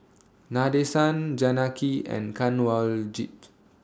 Nadesan Janaki and Kanwaljit